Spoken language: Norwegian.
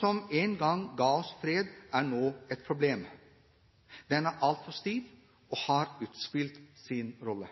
som en gang ga oss fred, er nå et problem. Den er altfor stiv og har utspilt sin rolle.